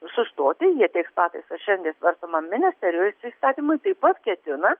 sustoti jie teiks pataisas šiandie svarstomam ministerijos įstatymui taip pat ketina